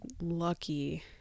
lucky